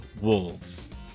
wolves